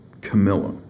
Camilla